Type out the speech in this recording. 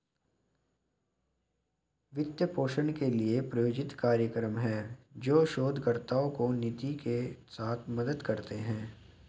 वित्त पोषण के लिए, प्रायोजित कार्यक्रम हैं, जो शोधकर्ताओं को निधि के साथ मदद करते हैं